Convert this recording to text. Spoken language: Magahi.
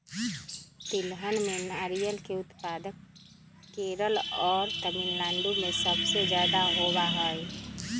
तिलहन में नारियल के उत्पादन केरल और तमिलनाडु में सबसे ज्यादा होबा हई